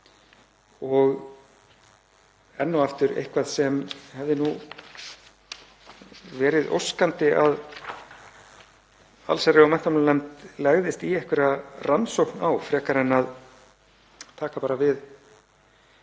og enn og aftur eitthvað sem hefði verið óskandi að allsherjar- og menntamálanefnd legðist í rannsókn á frekar en að taka bara við